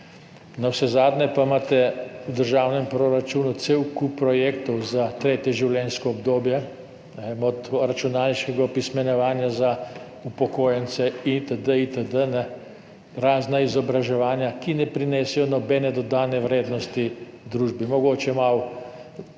Navsezadnje pa imate v državnem proračunu cel kup projektov za tretje življenjsko obdobje, od računalniškega opismenjevanja za upokojence itd. itd., razna izobraževanja, ki ne prinesejo nobene dodane vrednosti družbi. Mogoče